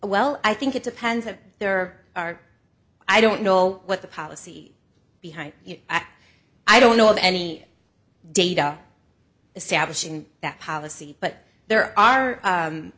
well i think it depends have there are i don't know what the policy behind it i don't know of any data establishing that policy but there are